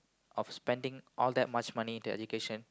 of spending all that much money to education